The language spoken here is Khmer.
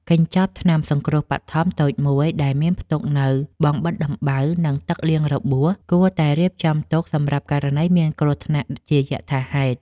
កញ្ចប់ថ្នាំសង្គ្រោះបឋមតូចមួយដែលមានផ្ទុកនូវបង់បិទដំបៅ និងទឹកលាងរបួស គួរតែរៀបចំទុកសម្រាប់ករណីមានគ្រោះថ្នាក់ជាយថាហេតុ។